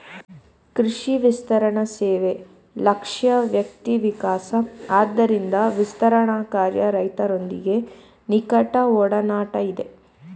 ಕೃಷಿ ವಿಸ್ತರಣಸೇವೆ ಲಕ್ಷ್ಯ ವ್ಯಕ್ತಿವಿಕಾಸ ಆದ್ದರಿಂದ ವಿಸ್ತರಣಾಕಾರ್ಯ ರೈತರೊಂದಿಗೆ ನಿಕಟಒಡನಾಟ ಇದೆ